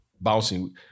bouncing